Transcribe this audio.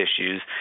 issues